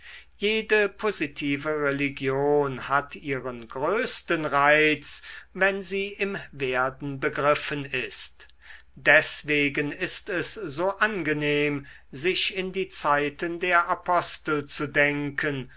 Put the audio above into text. jede positive religion hat ihren größten reiz wenn sie im werden begriffen ist deswegen ist es so angenehm sich in die zeiten der apostel zu denken